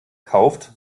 kauft